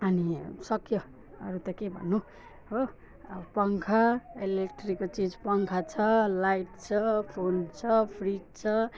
अनि सकियो अरू त के भन्नु हो पङ्खा इलेक्ट्रिकको चिज पङ्खा छ लाइट छ फोन छ फ्रिज छ